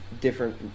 different